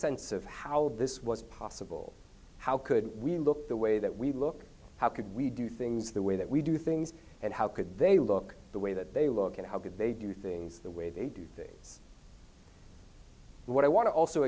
sense of how this was possible how could we look the way that we look how could we do things the way that we do things and how could they look the way that they look and how could they do things the way they do dates and what i want to also